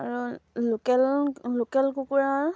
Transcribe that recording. আৰু local local কুকুৰাৰ